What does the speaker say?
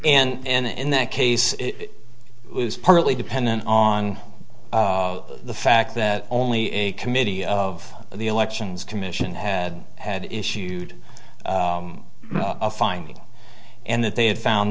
and in that case it was partly dependent on the fact that only a committee of the elections commission had had issued a finding and that they had found